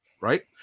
right